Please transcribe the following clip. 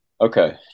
Okay